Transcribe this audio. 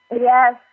yes